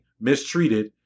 mistreated